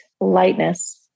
lightness